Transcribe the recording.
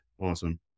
awesome